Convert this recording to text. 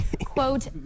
Quote